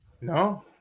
No